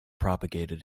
propagated